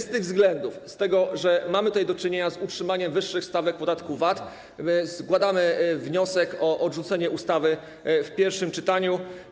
Z tych względów, z tego względu, że mamy tutaj do czynienia z utrzymaniem wyższych stawek podatku VAT, składamy wniosek o odrzucenie ustawy w pierwszym czytaniu.